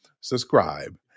subscribe